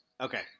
okay